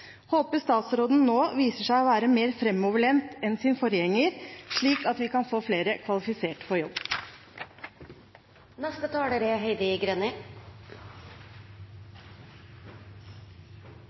håper statsråden nå viser seg å være mer framoverlent enn sin forgjenger, slik at vi kan få flere kvalifisert for